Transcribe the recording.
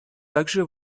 также